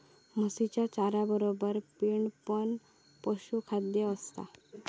म्हशीच्या चाऱ्यातबरोबर पेंड पण पशुखाद्य असता